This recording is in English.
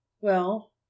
Well